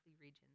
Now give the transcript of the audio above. regions